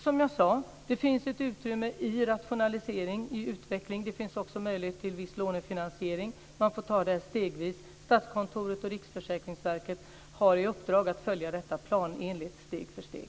Som jag sade finns det ett utrymme i rationalisering och i utveckling. Det finns också möjligheter till viss lånefinansiering. Man får ta det här stegvis. Statskontoret och Riksförsäkringsverket har i uppdrag att följa detta planenligt steg för steg.